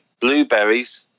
Blueberries